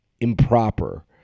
improper